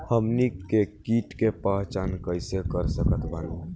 हमनी के कीट के पहचान कइसे कर सकत बानी?